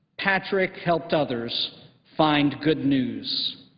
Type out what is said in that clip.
patrick helped others find good news,